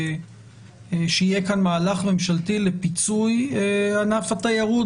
שיהיה כאן מהלך ממשלתי לפיצוי ענף התיירות